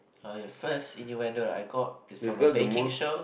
uh the first innuendo I got is from a baking show